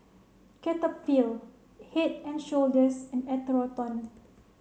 Cetaphil Head and Shoulders and Atherton